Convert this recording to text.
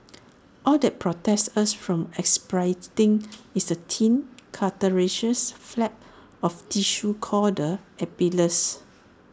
all that protects us from aspirating is A thin cartilaginous flap of tissue called the epiglottis